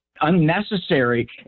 unnecessary